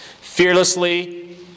fearlessly